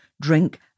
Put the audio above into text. drink